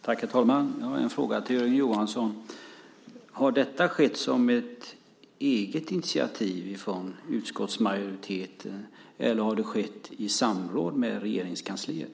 Herr talman! Jag har en fråga till Jörgen Johansson. Har detta skett som ett eget initiativ från utskottsmajoriteten, eller har det skett i samråd med Regeringskansliet?